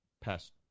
past